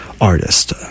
artist